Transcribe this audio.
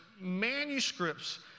manuscripts